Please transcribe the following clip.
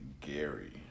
Gary